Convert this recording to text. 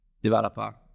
Developer